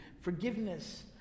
forgiveness